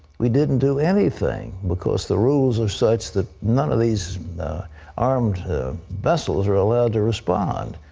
we didn't do anything because the rules are such that none of these armed vessels are allowed to respond.